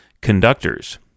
conductors